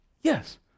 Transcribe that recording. Yes